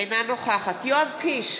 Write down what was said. אינה נוכחת יואב קיש,